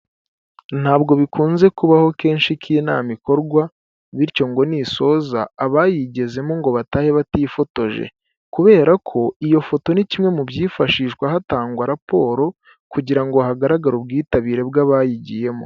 Ntabwo bikunze kubaho kenshi ko inama ikorwa bityo ngo nisoza abayigezemo ngo batahe batifotoje kubera ko iyo foto ni kimwe mu byifashishwa hatangwa raporo kugira ngo hagaragare ubwitabire bw'abayigiyemo.